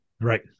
Right